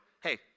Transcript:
Hey